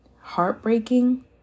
heartbreaking